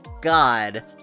God